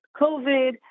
COVID